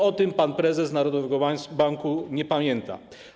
O tym pan prezes narodowego banku nie pamięta.